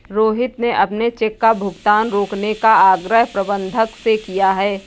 रोहित ने अपने चेक का भुगतान रोकने का आग्रह प्रबंधक से किया है